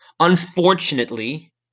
Unfortunately